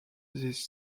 this